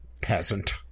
Peasant